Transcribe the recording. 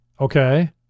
Okay